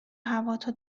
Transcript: هواتو